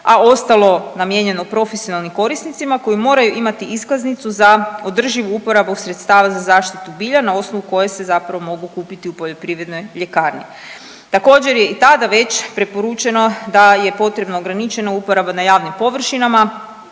a ostalo namijenjeno profesionalnim korisnicima koji moraju imati iskaznicu za održivu uporabu sredstava za zaštitu bilja na osnovu koje se zapravo mogu kupiti u poljoprivrednoj ljekarni. Također je i tada već preporučeno da je potrebna ograničena uporaba na javnim površinama,